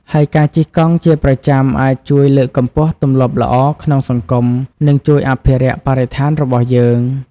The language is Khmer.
ហើយការជិះកង់ជាប្រចាំអាចជួយលើកកម្ពស់ទម្លាប់ល្អក្នុងសង្គម និងជួយអភិរក្សបរិស្ថានរបស់យើង។